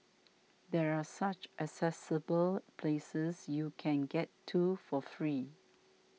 there are such accessible places you can get to for free